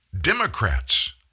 Democrats